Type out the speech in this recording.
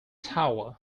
tower